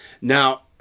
Now